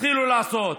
התחילו לעשות.